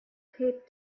taped